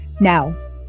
Now